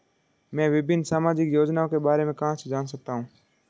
मैं विभिन्न सामाजिक योजनाओं के बारे में कहां से जान सकता हूं?